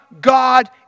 God